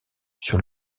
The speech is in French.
sur